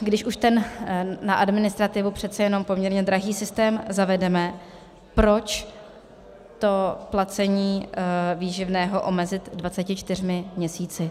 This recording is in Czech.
Když už ten na administrativu přece jenom poměrně drahý systém zavedeme, proč to placení výživného omezit 24 měsíci?